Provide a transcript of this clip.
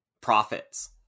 profits